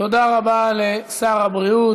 תודה רבה לשר הבריאות.